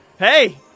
Hey